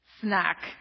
snack